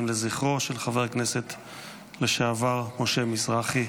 לזכרו של חבר הכנסת לשעבר משה מזרחי,